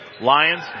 Lions